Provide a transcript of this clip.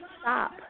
stop